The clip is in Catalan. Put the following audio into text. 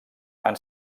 han